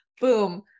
boom